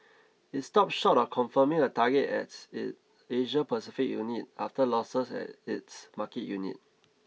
it stopped short of confirming a target at it Asia Pacific unit after losses at its market unit